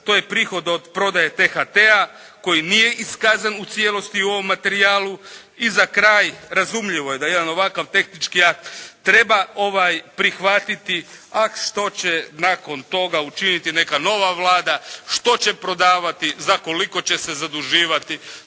to je prihod od prodaje THT-a koji nije iskazan u cijelosti u ovom materijalu. I za kraj, razumljivo je da je jedan ovakav tehnički akt treba prihvatiti. A što će nakon toga učiniti neka nova Vlada, što će prodavati, za koliko će se zaduživati,